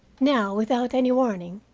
now, without any warning,